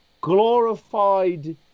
glorified